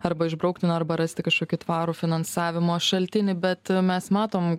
arba išbraukti nu arba rasti kažkokį tvarų finansavimo šaltinį bet mes matom